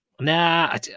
Nah